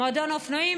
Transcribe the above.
מועדון האופנועים.